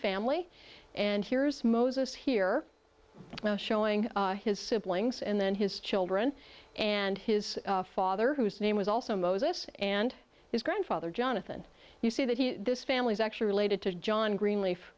family and here's moses here showing his siblings and then his children and his father whose name was also moses and his grandfather jonathan you see that he this family is actually related to john greenleaf